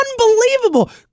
Unbelievable